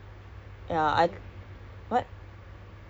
tapi ya ya papaya lah you know just